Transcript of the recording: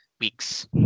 weeks